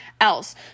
else